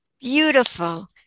Beautiful